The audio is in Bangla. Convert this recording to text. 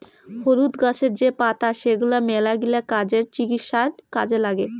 হলুদ গাছের যে পাতা সেগলা মেলাগিলা কাজে, চিকিৎসায় কাজে নাগে